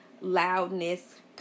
loudness